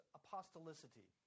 apostolicity